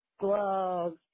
Gloves